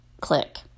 Click